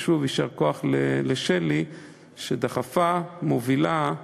ושוב, יישר כוח לשלי, שדחפה, מובילה,